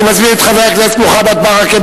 אני מזמין את חבר הכנסת מוחמד ברכה,